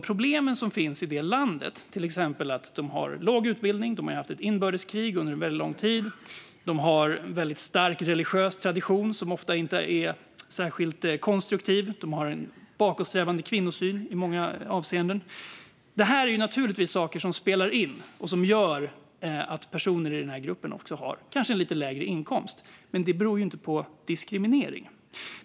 Problemen i Somalia med exempelvis låg utbildning, långvarigt inbördeskrig, stark religiös tradition som inte är särskilt konstruktiv och en i många avseenden bakåtsträvande kvinnosyn spelar givetvis in och gör att personer i denna grupp har lägre inkomst. Detta beror inte på diskriminering.